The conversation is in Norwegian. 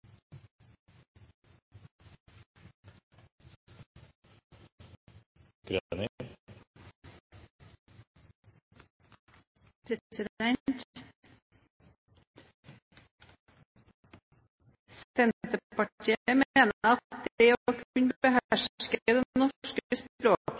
av den undervisningen. Det er det